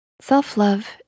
self-love